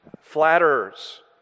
Flatterers